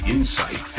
Insight